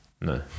no